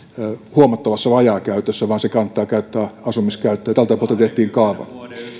huomattavassa vajaakäytössä vaan se kannattaa käyttää asumiskäyttöön ja tältä pohjalta tehtiin kaava